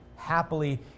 happily